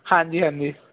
ਹਾਂਜੀ ਹਾਂਜੀ